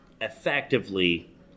effectively